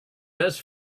best